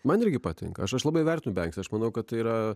man irgi patinka aš aš labai vertų bėgti aš manau kad tai yra